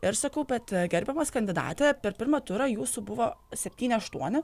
ir sakau bet gerbiamas kandidate per pirmą turą jūsų buvo septyni aštuoni